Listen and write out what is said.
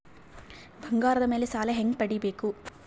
ಬಂಗಾರದ ಮೇಲೆ ಸಾಲ ಹೆಂಗ ಪಡಿಬೇಕು?